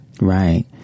Right